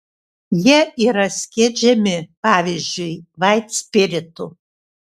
jie yra skiedžiami pavyzdžiui vaitspiritu